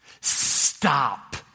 Stop